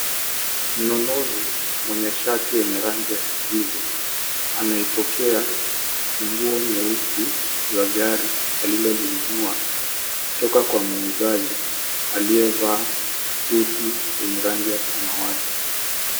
Mnunuzi mwenye shati ya rangi ya kijivu anaipokea nguo nyeusi kwa gari alilolinunua kutoka kwa muuzaji aliyevaa suti yenye rangi ya samawati.